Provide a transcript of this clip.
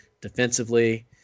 defensively